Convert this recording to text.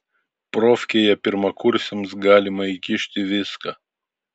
profkėje pirmakursiams galima įkišti viską